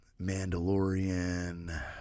Mandalorian